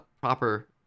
proper